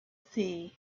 sea